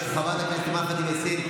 חבר הכנסת שירי.